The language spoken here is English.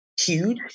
huge